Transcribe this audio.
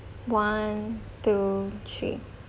one two three